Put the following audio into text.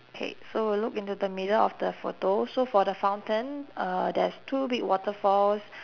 K so we'll look into the middle of the photo so for the fountain uh there's two big waterfalls